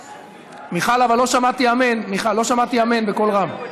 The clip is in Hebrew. מיכל, אבל לא שמעתי "אמן" בקול רם.